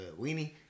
weenie